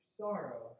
sorrow